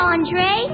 Andre